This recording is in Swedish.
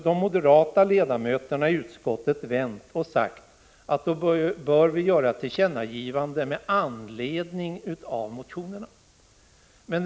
De moderata ledamöterna i utskottet sade då att vi bör göra tillkännagivanden med anledning av motionerna.